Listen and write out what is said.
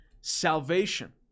Salvation